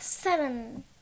Seven